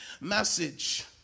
message